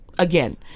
again